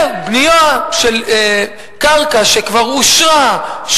וקרקע שכבר אושרה,